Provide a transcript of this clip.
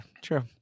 True